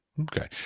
Okay